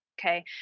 Okay